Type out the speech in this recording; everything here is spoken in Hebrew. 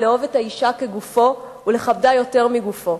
לאהוב את האשה כגופו ולכבדה יותר מגופו,